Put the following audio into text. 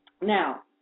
Now